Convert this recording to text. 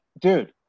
Dude